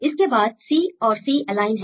इसके बाद C और G एलाइंड हैं